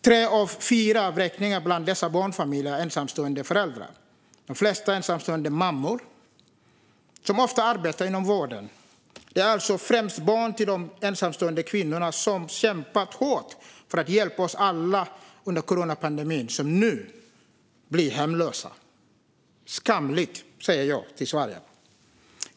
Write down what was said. Tre av fyra vräkningar av barnfamiljer gäller ensamstående föräldrar, varav de flesta är ensamstående mammor. Det är ofta mammor som arbetar inom vården. Det är alltså främst barn till de ensamstående kvinnor som kämpat hårt för att hjälpa oss alla under coronapandemin som nu blir hemlösa. Skamligt, säger jag till Sverige.